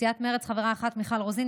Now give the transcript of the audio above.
סיעת מרצ, חברה אחת: מיכל רוזין.